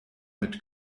mit